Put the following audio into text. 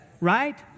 right